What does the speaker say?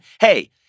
Hey